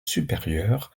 supérieure